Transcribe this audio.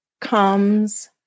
comes